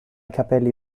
capelli